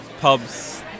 pubs